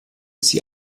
sie